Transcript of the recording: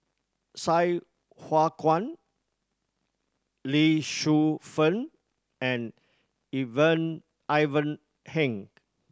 Sai Hua Kuan Lee Shu Fen and Even Ivan Heng